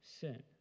sin